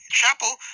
chapel